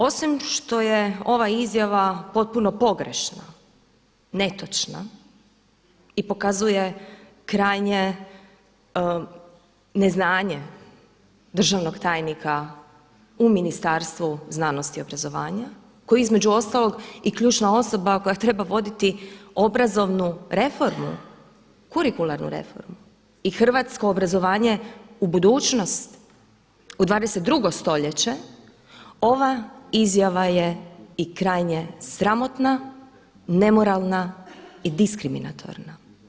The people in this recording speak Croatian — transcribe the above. Osim što je ova izjava potpuno pogrešna, netočna i pokazuje krajnje neznanje državnog tajnika u Ministarstvu znanosti i obrazovanja koji je između ostalog i ključna osoba koja treba voditi obrazovnu reformu, kurikularnu reformu i hrvatsko obrazovanje u budućnost u 22. stoljeće, ova izjava je i krajnje sramotna, nemoralna i diskriminatorna.